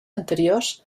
anteriors